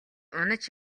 унаж